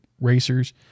racers